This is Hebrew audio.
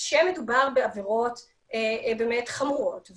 כשמדובר בעבירות חמורות,